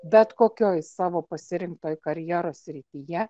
bet kokioj savo pasirinktoj karjeros srityje